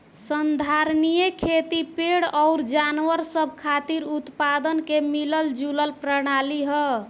संधारनीय खेती पेड़ अउर जानवर सब खातिर उत्पादन के मिलल जुलल प्रणाली ह